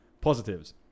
Positives